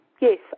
yes